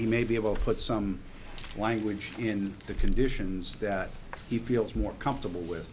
may be able to put some language in the conditions that he feels more comfortable